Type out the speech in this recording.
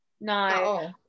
No